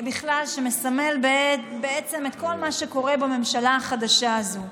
שמסמל בעצם את כל מה שקורה בממשלה החדשה הזאת.